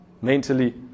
Mentally